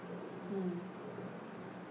mm